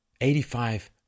Eighty-five